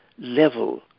level